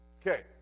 Okay